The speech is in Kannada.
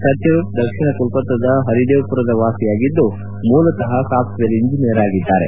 ಸತ್ಯರೂಪ್ ದಕ್ಷಿಣ ಕೊಲ್ಕತಾದ ಹರಿದೇವ್ಪುರದ ವಾಸಿಯಾಗಿದ್ದು ಮೂಲತ ಸಾಫ್ಟ್ವೇರ್ ಇಂಜಿನಿಯರ್ ಆಗಿದ್ದಾರೆ